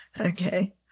Okay